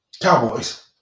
Cowboys